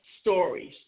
stories